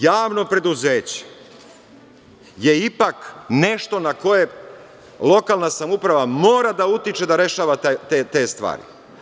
Javno preduzeće je ipak nešto na koje lokalna samouprava mora da utiče da rešava te stvari.